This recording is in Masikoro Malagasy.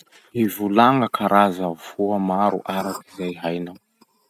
Mivolagna voa maro araky zay hainao.